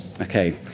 okay